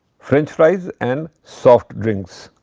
french fries, and soft drinks.